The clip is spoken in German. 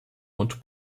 und